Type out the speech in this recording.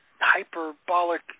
hyperbolic